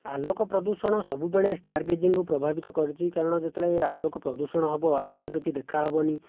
ଆଲୋକ ପ୍ରଦୂଷଣ ସବୁବେଳେ ଷ୍ଟାର ଗେଜିଂକୁ ପ୍ରଭାବିତ କରିଛି କାରଣ ଯେତେବେଳେ ଆଲୋକ ପ୍ରଦୂଷଣ ହେବ ଆକାଶ କିଛି ଦେଖା ହେବନି